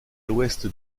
l’ouest